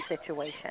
situation